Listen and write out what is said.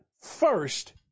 first